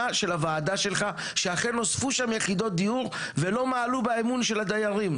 של הוועדה שלך שאכן נוספו שם יחידות דיור ולא מעלו באמון של הדיירים.